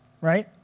right